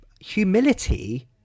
humility